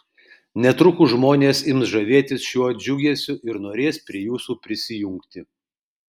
netrukus žmonės ims žavėtis šiuo džiugesiu ir norės prie jūsų prisijungti